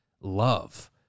love